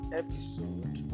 episode